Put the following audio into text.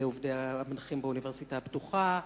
אלה המנחים באוניברסיטה הפתוחה,